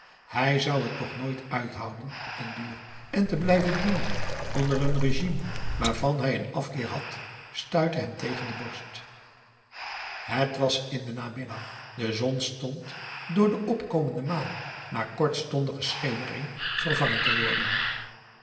hij zou het toch nooit uithouden op den duur en te blijven dienen onder een régime waarvan hij een afkeer had stuitte hem tegen de borst het was in den namiddag de zon stond door de opkop a daum de van der lindens c s onder ps maurits mende maan na kortstondige schemering vervangen te worden